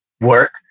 work